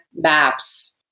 maps